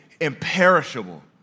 imperishable